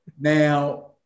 Now